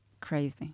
Crazy